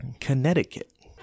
Connecticut